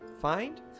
find